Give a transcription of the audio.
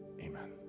amen